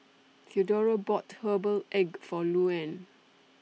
Theodora bought Herbal Egg For Luann